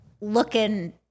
looking